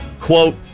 quote